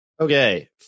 Okay